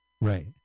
Right